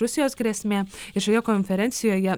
rusijos grėsmė ir šioje konferencijoje